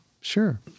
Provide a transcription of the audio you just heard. sure